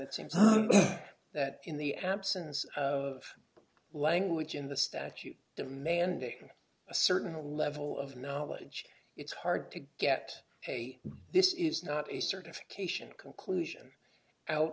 it seems that in the absence of language in the statute demanding a certain level of knowledge it's hard to get a this is not a certification conclusion out